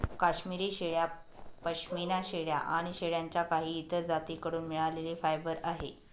काश्मिरी शेळ्या, पश्मीना शेळ्या आणि शेळ्यांच्या काही इतर जाती कडून मिळालेले फायबर आहे